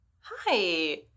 Hi